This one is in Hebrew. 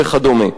וכדומה.